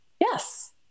yes